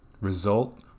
result